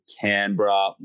Canberra